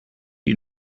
you